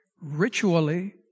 ritually